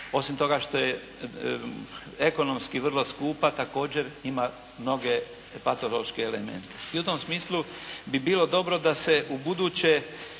osim toga što je ekonomski vrlo skupa također ima mnoge patološke elemente. I u tom smislu bi bilo dobro da se ubuduće